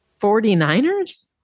49ers